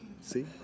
see